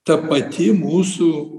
ta pati mūsų